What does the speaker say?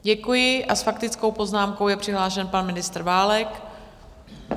Děkuji a s faktickou poznámkou je přihlášen pan ministr Válek.